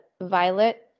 Violet